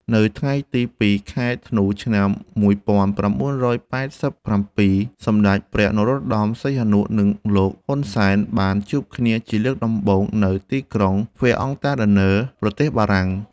នៅថ្ងៃទី ២ ខែធ្នូ ឆ្នាំ ១៩៨៧ សម្តេចព្រះនរោត្តម សីហនុ និងលោក ហ៊ុន សែន បានជួបគ្នាជាលើកដំបូងនៅទីក្រុងហ្វែអង់តាដឺន័រ ប្រទេសបារាំង។